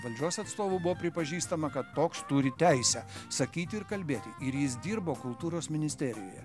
valdžios atstovų buvo pripažįstama kad toks turi teisę sakyti ir kalbėti ir jis dirbo kultūros ministerijoje